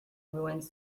ruins